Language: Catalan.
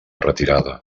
retirada